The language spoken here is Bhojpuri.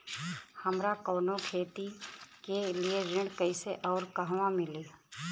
हमरा कवनो खेती के लिये ऋण कइसे अउर कहवा मिली?